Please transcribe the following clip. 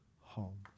home